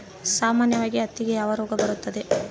ಸಾಮಾನ್ಯವಾಗಿ ಹತ್ತಿಗೆ ಯಾವ ರೋಗ ಬರುತ್ತದೆ?